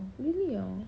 really ah